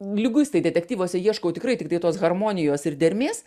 liguistai detektyvuose ieškau tikrai tiktai tos harmonijos ir dermės